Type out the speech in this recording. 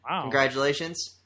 congratulations